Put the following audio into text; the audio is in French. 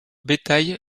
bétail